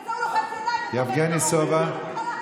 ובגלל זה הוא לוחץ ידיים לתומך טרור.